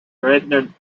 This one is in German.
rednern